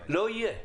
לא יהיה.